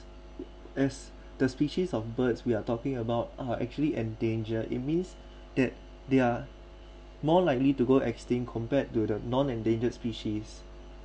as the species of birds we are talking about uh actually endangered it means that they are more likely to go extinct compared to the non-endangered species